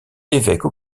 évêque